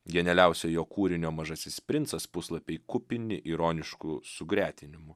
genialiausio jo kūrinio mažasis princas puslapiai kupini ironiškų sugretinimų